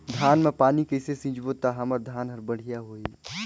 धान मा पानी कइसे सिंचबो ता हमर धन हर बढ़िया होही?